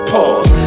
Pause